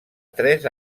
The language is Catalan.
tres